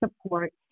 support